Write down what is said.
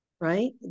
right